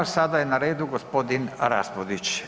Sada je na redu g. Raspudić.